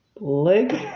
leg